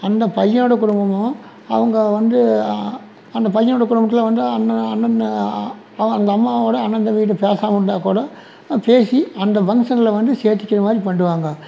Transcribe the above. அந்த பையனோட குடும்பமும் அவங்க வந்து அந்த பையனோட குடும்பத்தில் வந்து அண்ணன் அந்த அம்மாவோட அண்ணன் தம்பி கிட்ட பேசாமல் இருந்தால் கூட பேசி அந்த ஃபங்க்ஷனில் வந்து சேத்துக்கிற மாதிரி பண்ணிடுவாங்க